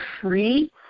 free